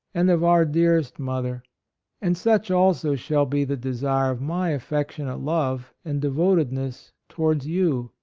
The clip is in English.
and of our dearest mother and such also shall be the desire of my affectionate love and devotedness towards you,